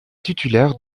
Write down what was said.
titulaire